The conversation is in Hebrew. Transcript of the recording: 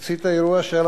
להוציא את האירוע שהיה